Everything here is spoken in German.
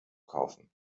kaufen